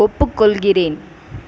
ஒப்புக்கொள்கிறேன்